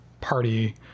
party